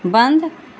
बंद